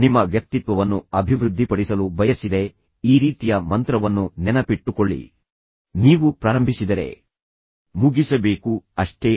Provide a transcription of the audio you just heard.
ಆದ್ದರಿಂದ ನಿಮ್ಮ ವ್ಯಕ್ತಿತ್ವವನ್ನು ಅಭಿವೃದ್ಧಿಪಡಿಸಲು ನೀವು ಬಯಸಿದರೆ ಈ ರೀತಿಯ ಮಂತ್ರವನ್ನು ನೆನಪಿಟ್ಟುಕೊಳ್ಳಿ ನೀವು ಅದನ್ನು ಪ್ರಾರಂಭಿಸಿದರೆ ನೀವು ಅದನ್ನು ಮುಗಿಸಬೇಕು ಅಷ್ಟೇ